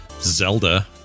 Zelda